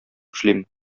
эшлим